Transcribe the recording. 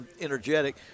energetic